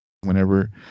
whenever